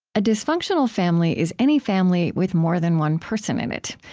ah dysfunctional family is any family with more than one person in it.